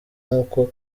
nkuko